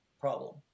problem